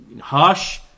harsh